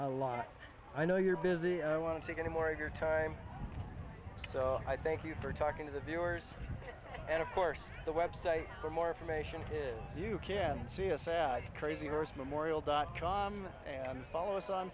a lot i know you're busy and i want to take any more of your time so i thank you for talking to the viewers and of course the website for more information you can see a sad crazy horse memorial dot com and